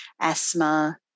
asthma